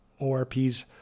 ORPs